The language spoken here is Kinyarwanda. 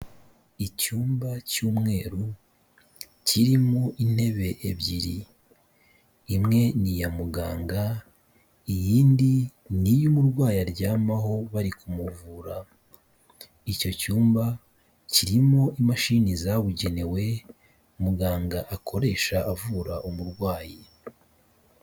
Icyumba cy'umweru, kirimo intebe ebyiri, imwe n'iya muganga, iyindi n'iyo umurwayi aryamaho bari kumuvura, icyo cyumba kirimo imashini zabugenewe muganga akoresha avura umurwayi.